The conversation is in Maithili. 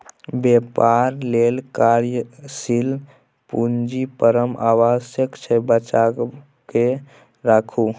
बेपार लेल कार्यशील पूंजी परम आवश्यक छै बचाकेँ राखू